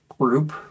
group